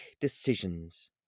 decisions